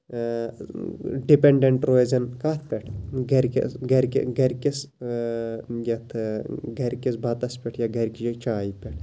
dependent روزَن کَتھ پٮ۪ٹھ گرِ کہِ گرِ کہِ گرِکِس یَتھ گرِکِس بَتَس پٮ۪ٹھ یا گرِ کہِ چایہِ پٮ۪ٹھ